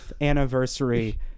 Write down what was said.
anniversary